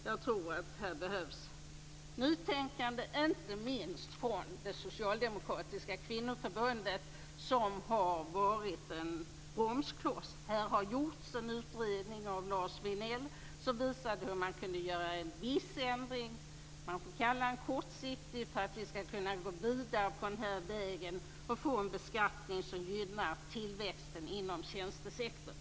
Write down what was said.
Jag tror att det här behövs ett nytänkande, inte minst från det socialdemokratiska kvinnoförbundet, som har varit en bromskloss. Det har gjorts en utredning av Lars Vinell som visar hur man kan göra en viss ändring. Vi kan börja kortsiktigt för att kunna gå vidare och få en beskattning som gynnar tillväxten inom tjänstesektorn.